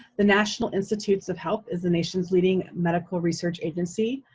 the national institutes of health is the nation's leading medical research agency.